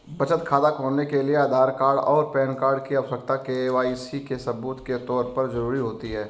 बचत खाता खोलने के लिए आधार कार्ड और पैन कार्ड की आवश्यकता के.वाई.सी के सबूत के तौर पर ज़रूरी होती है